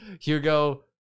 hugo